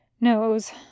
Knows